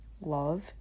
love